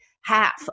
half